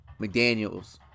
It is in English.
McDaniels